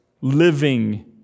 living